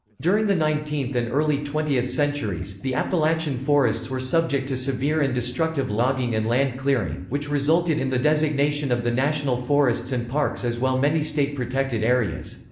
during the nineteenth and early twentieth centuries, the appalachian forests were subject to severe and destructive logging and land clearing, which resulted in the designation of the national forests and parks as well many state protected areas.